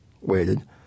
waited